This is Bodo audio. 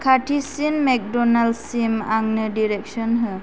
खाथिसिन मेकड'नल्डसिम आंनो डिरेकसन हो